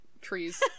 trees